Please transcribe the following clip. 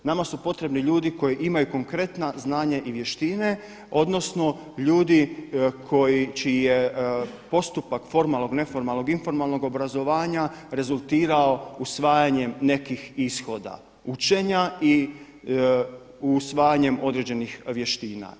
Nama su potrebni ljudi koji imam konkretna znanja i vještine, odnosno ljudi čiji je postupak formalnog, neformalnog, informalnog obrazovanja rezultirao usvajanjem nekih ishoda učenja i usvajanjem određenih vještina.